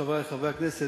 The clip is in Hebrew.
חברי חברי הכנסת,